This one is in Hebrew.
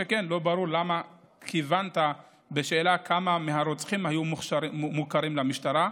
שכן לא ברור למה כיוונת בשאלה כמה מהרוצחים היו מוכרים למשטרה,